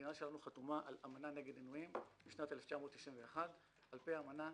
המדינה שלנו חתומה על אמנה נגד עינויים משנת 1991. על פי האמנה,